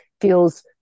feels